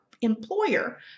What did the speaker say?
employer